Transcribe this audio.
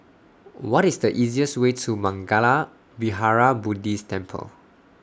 What IS The easiest Way to Mangala Vihara Buddhist Temple